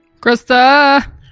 Krista